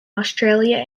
australia